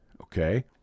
Okay